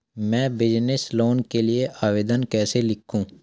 मैं business loan के लिए आवेदन कैसे लिखूँ?